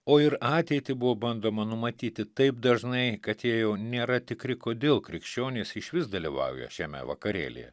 o ir ateitį buvo bandoma numatyti taip dažnai kad jie jau nėra tikri kodėl krikščionys išvis dalyvauja šiame vakarėlyje